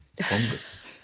fungus